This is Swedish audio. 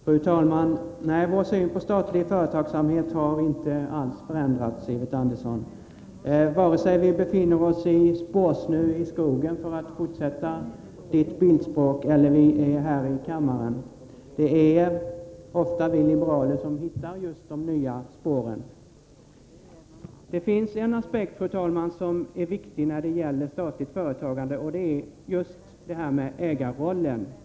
Fru talman! Vår syn på statlig företagsamhet har inte alls förändrats, Sivert Andersson, vare sig vi befinner oss i spårsnö i skogen — för att fortsätta Sivert Anderssons bildspråk —, eller vi är här i kammaren. Det är ofta vi liberaler som hittar just de nya spåren. Det finns en aspekt, fru talman, som är viktig när det gäller statligt företagande, och den hör samman med ägarrollen.